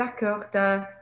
D'accord